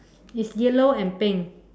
is yellow and pink